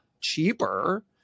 cheaper